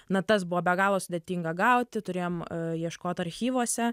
natas buvo be galo sudėtinga gauti turėjom ieškot archyvuose